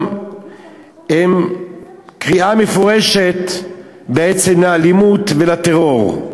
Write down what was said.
הם קריאה מפורשת בעצם לאלימות ולטרור.